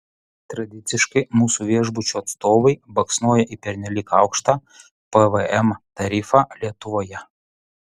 tradiciškai mūsų viešbučių atstovai baksnoja į pernelyg aukštą pvm tarifą lietuvoje